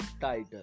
title